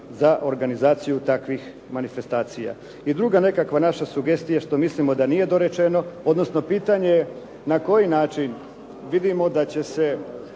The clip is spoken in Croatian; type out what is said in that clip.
za organizaciju takvih manifestacija. I druga nekakva naša sugestija što mislimo da nije dorečeno, odnosno pitanje je na koji način vidimo da će se